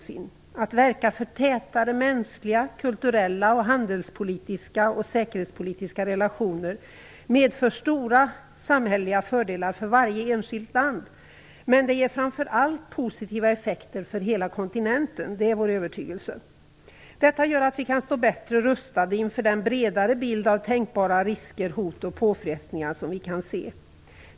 Att verka för tätare mänskliga, kulturella, handelspolitiska och säkerhetspolitiska relationer medför stora samhälleliga fördelar för varje enskilt land. Men det ger framör allt positiva effekter för hela kontinenten - det är vår övertygelse. Det gör att vi kan stå bättre rustade inför de tänkbara risker, hot och påfrestningar som vi kan se.